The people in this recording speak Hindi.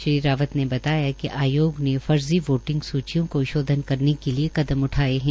श्री रावत ने बताया कि आयोग ने फर्जी वोटिंग स्रचियों को शोधन करने के लिए कदम उठाए है